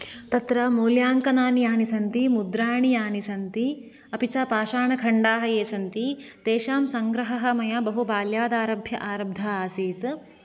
तत्र मूल्याङ्कनानि यानि सन्ति मूद्राणि यानि सन्ति अपि च पाषाणखण्डाः ये सन्ति तेषां सङ्ग्रहः मया बहु बाल्यात् आरभ्य आरब्धः आसीत्